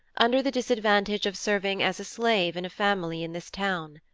under the disadvantage of serving as a slave in a family in this town.